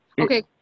Okay